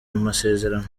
masezerano